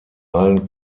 allen